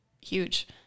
huge